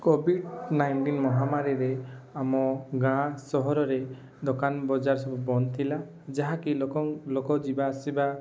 Covid nine ମହାମାରୀରେ ଆମ ଗାଁ ସହରରେ ଦୋକାନ ବଜାର ସବୁ ବନ୍ଦ ଥିଲା ଯାହା କି ଲୋକ ଲୋକ ଯିବା ଆସିବା